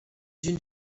une